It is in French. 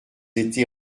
été